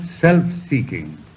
self-seeking